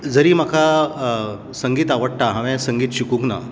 जरी म्हाका संगीत आवडटा हांवें संगीत शिकूंकना